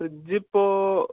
fridge ഇപ്പോൾ